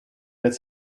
its